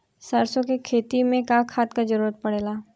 सरसो के खेती में का खाद क जरूरत पड़ेला?